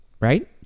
right